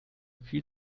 viel